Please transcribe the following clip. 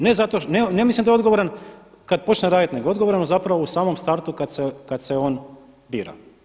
Ne mislim da je odgovoran kada počne raditi, nego je odgovoran zapravo u samom startu kada se on bira.